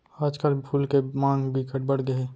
आजकल फूल के मांग बिकट बड़ गे हे